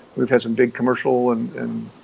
we've had some big commercial and